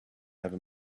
ever